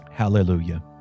Hallelujah